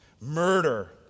murder